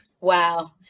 Wow